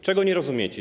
Czego nie rozumiecie?